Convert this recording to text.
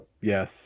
Yes